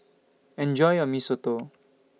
Enjoy your Mee Soto